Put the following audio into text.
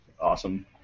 Awesome